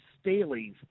Staley's